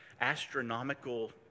astronomical